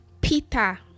Peter